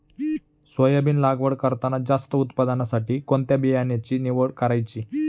Soybean लागवड करताना जास्त उत्पादनासाठी कोणत्या बियाण्याची निवड करायची?